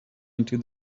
into